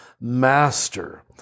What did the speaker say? master